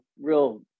real